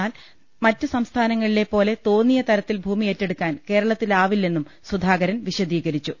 എന്നാൽ മറ്റ് സംസ്ഥാനങ്ങളിലെപോലെ തോന്നിയതരത്തിൽ ഭൂമി ഏറ്റെടുക്കാൻ കേരളത്തിലാവില്ലെന്നും സുധാകരൻ വിശദീകരിച്ചു